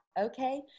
Okay